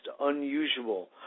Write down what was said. unusual